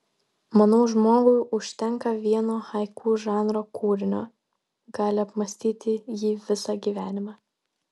manau žmogui užtenka vieno haiku žanro kūrinio gali apmąstyti jį visą gyvenimą